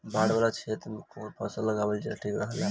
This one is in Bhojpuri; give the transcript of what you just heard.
बाढ़ वाला क्षेत्र में कउन फसल लगावल ठिक रहेला?